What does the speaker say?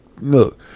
look